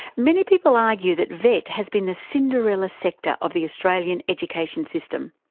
many people argue that vet has been the cinderella sector of the australian education system.